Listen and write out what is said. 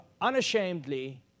unashamedly